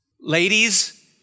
Ladies